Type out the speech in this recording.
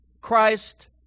Christ